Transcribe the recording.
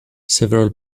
several